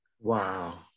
Wow